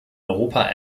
europa